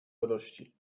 radości